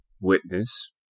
witness